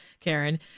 Karen